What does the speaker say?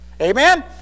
Amen